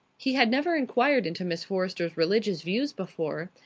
he had never inquired into miss forrester's religious views before,